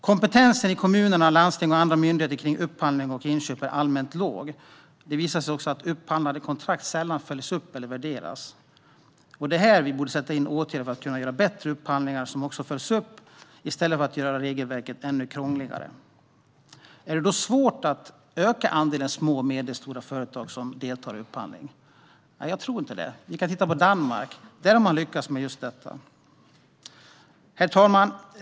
Kompetensen i kommuner, landsting och andra myndigheter när det gäller upphandling och inköp är allmänt låg. Det visar sig också att upphandlade kontrakt sällan följs upp eller utvärderas. Det är här åtgärder borde sättas in, så att det går att göra bättre upphandlingar, som följs upp, i stället för att göra regelverket ännu krångligare. Är det då svårt att öka andelen små och medelstora företag som deltar i upphandling? Nej, jag tror inte det. Vi kan titta på Danmark, där man har lyckats göra just det. Herr talman!